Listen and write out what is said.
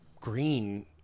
green